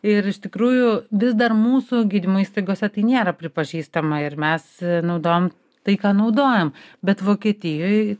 ir iš tikrųjų vis dar mūsų gydymo įstaigose tai nėra pripažįstama ir mes naudojam tai ką naudojam bet vokietijoj